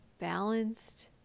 balanced